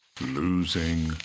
losing